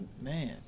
man